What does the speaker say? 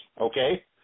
okay